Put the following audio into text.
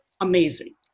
amazing